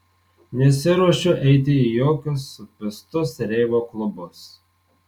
nesiruošiu eiti į jokius supistus reivo klubus